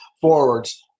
forwards